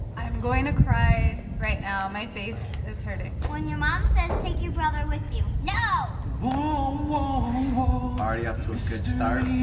i'm going to cry right now. my face is hurting. when you mom says, take your brother with you no! woo, whoa, whoa already off to a good start.